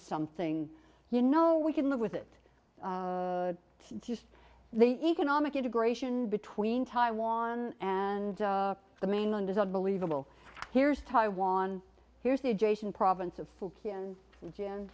something you know we can live with it just the economic integration between taiwan and the mainland is unbelievable here's taiwan here's the adjacent province of full ki